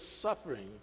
suffering